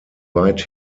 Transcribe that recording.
weit